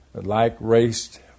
like-raced